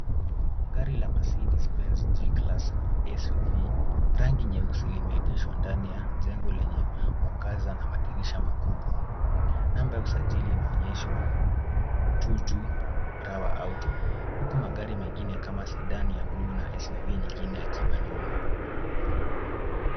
Gari la Mercedes Benz G-class SUV, rangi nyeusi, limeegeshwa ndani ya jengo lenye mwangaza na madirisha makubwa. Namba ya usijali inaonyeshwa, 22 Rawa Auto, huku magari mengine kama Sedan ya blue na SUV nyingine yakiwa nyuma.